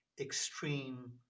extreme